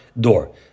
door